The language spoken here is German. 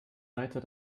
weiter